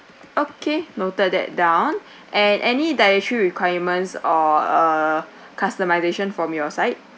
okay noted that down and any dietary requirements or uh customisation from your side